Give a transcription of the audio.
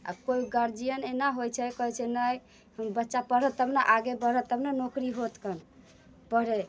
आ कोइ गार्जियन एना होइत छै कहैत छै नहि बच्चा पढ़त तब ने आगे बढ़त तब ने नौकरी हौत कल पढ़ै